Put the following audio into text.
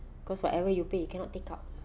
cause whatever you pay you cannot take out